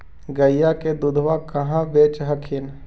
गईया के दूधबा कहा बेच हखिन?